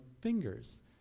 fingers